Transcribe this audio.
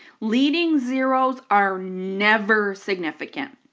leading zeroes are never significant.